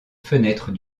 fenêtres